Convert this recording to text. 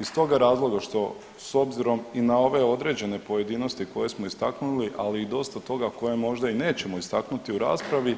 Iz stoga razloga što s obzirom i na ove određene pojedinosti koje smo istaknuli, ali i dosta toga koje možda i nećemo istaknuti u raspravi,